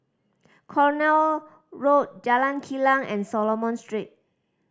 Cornwall Road Jalan Kilang and Solomon Street